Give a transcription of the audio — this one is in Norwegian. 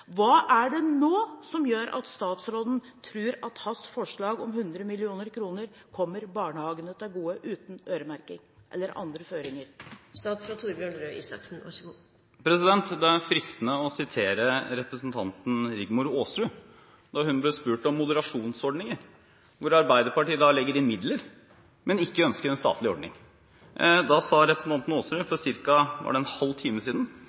Hva er det nå som gjør at statsråden tror at hans forslag om 100 mill. kr kommer barnehagene til gode, uten øremerking eller andre føringer? Det er fristende å sitere representanten Rigmor Aasrud da hun ble spurt om moderasjonsordninger, hvor Arbeiderpartiet legger inn midler, men ikke ønsker en statlig ordning. Da sa representanten Aasrud, for ca. en halv time siden: